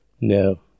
no